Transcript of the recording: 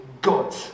God